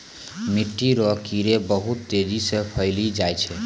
मिट्टी रो कीड़े बहुत तेजी से फैली जाय छै